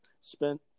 spent